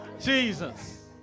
Jesus